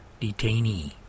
detainee